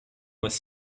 with